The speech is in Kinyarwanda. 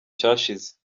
cyashize